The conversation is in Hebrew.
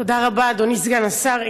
תודה רבה, אדוני סגן השר.